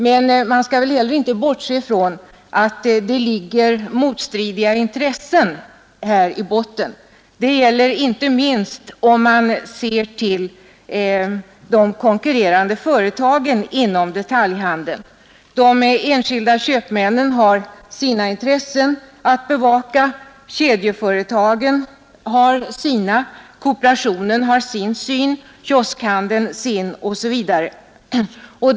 Men vi skall väl inte heller bortse ifrån att det ligger motstridiga intressen i botten. Det gäller inte minst de konkurrerande företagen inom detaljhandeln. De enskilda köpmännen har sina intressen att bevaka, kedjeföretagen har sina, kooperationen har sin syn, kioskhandeln sin, osv.